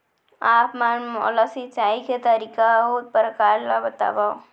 आप मन मोला सिंचाई के तरीका अऊ प्रकार ल बतावव?